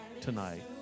tonight